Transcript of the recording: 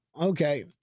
Okay